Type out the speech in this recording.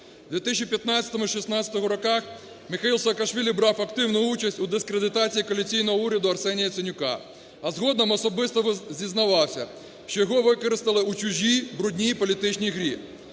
У 2015-16 роках Міхеїл Саакашвілі брав активну участь у дискредитації коаліційного уряду Арсенія Яценюка, а згодом особисто зізнавався, що його використали у чужій брудній політичній грі.